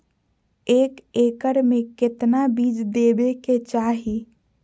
एक एकड़ मे केतना बीज देवे के चाहि?